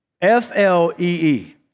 F-L-E-E